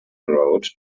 railroad